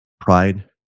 pride